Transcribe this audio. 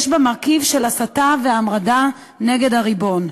יש בה מרכיב של הסתה והמרדה נגד הריבון.